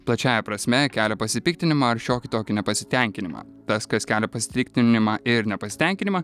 plačiąja prasme kelia pasipiktinimą ar šiokį tokį nepasitenkinimą tas kas kelia pasitiktinimą ir nepasitenkinimą